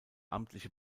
amtliche